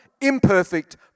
imperfect